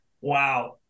Wow